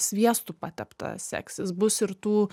sviestu patepta seksis bus ir tų